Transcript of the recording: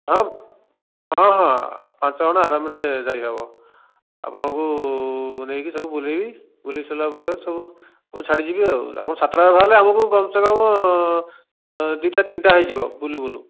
ହଁ ହଁ ହଁ ପାଞ୍ଚ ଜଣ ଆରାମ୍ରେ ଯାଇ ହେବ ଆପଣଙ୍କୁ ନେଇକି ସବୁ ବୁଲେଇବି ବୁଲେଇ ସାରିଲାପରେ ସବୁ ଛାଡ଼ି ଯିବି ଆଉ ଆପଣ ସାତଟାରେ ବାହାରିଲେ ଆମକୁ କମ୍ସେ କମ୍ ଦୁଇଟା ତିନିଟା ହୋଇଯିବ ବୁଲୁବୁଲୁ